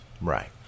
Right